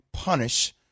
punish